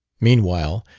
meanwhile,